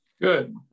Good